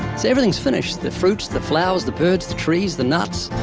so, everything's finished. the fruits, the flowers, the birds, the trees, the nuts,